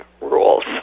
rules